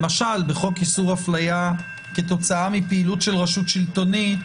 למשל בחוק איסור הפליה כתוצאה מפעילות של רשות שלטונית